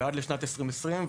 ועד לשנת 2020,